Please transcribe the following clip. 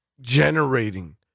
generating